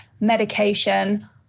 medication